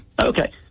Okay